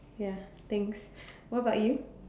ya thanks what about you